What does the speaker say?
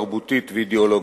תרבותית ואידיאולוגית.